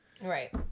right